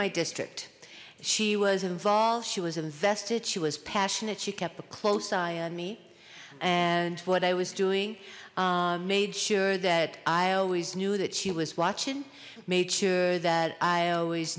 my district she was involved she was invested she was passionate she kept a close eye on me and what i was doing made sure that i always knew that she was watching made sure that i always